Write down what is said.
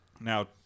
now